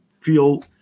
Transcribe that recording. feel